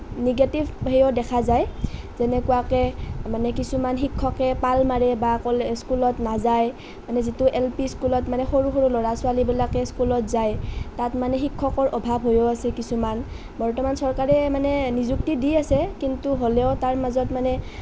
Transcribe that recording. negative হেৰিও দেখা যায় যেনেকুৱাকে কিছুমান শিক্ষকে পাল মাৰে বা স্কুলত নাযায় মানে যিটো এল পি স্কুলত মানে সৰু সৰু ল'ৰা ছোৱালীবিলাকে স্কুলত যায় তাত মানে শিক্ষকৰ অভাৱ হৈও আছে কিছুমান বৰ্তমান চৰকাৰে মানে নিশুক্তি দি আছে কিন্তু হ'লেও তাৰ মাজত মানে